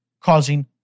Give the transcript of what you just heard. causing